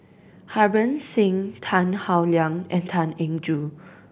Harbans Singh Tan Howe Liang and Tan Eng Joo